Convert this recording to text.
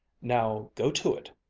now, go to it,